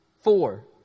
four